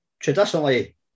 Traditionally